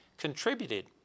contributed